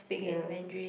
ya